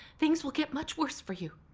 things will get much worse for you.